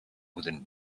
wooden